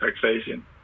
taxation